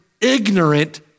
ignorant